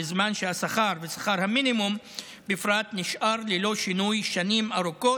בזמן שהשכר ושכר המינימום בפרט נשארים ללא שינוי שנים ארוכות.